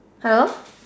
hello